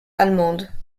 allemande